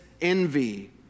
envy